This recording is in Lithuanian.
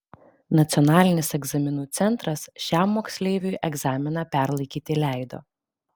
nacionalinis egzaminų centras šiam moksleiviui egzaminą perlaikyti leido